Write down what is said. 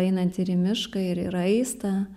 einant į mišką ir į raistą